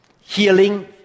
healing